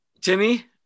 Timmy